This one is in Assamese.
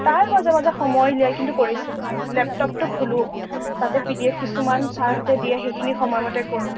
তাৰ মাজে মাজে সময় উলিয়াই কিন্তু কৰিছিলোঁ লেপটপটো খোলোঁ তাতে পিডিএফ কিছুমান ছাৰহঁতে দিয়ে সেইখিনি সময়মতে কৰোঁ